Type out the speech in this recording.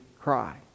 cry